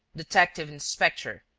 detective-inspector,